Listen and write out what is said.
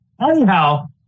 Anyhow